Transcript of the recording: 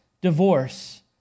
divorce